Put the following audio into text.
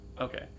okay